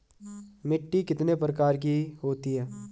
मिट्टी कितने प्रकार की होती है?